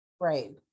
Right